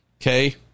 Okay